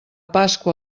pasqua